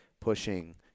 pushing